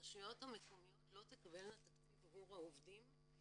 הרשויות המקומיות לא תקבלנה תקציב עבור העובדים.